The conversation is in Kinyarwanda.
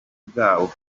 bwabo